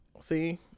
See